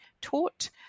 taught